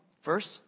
First